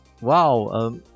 Wow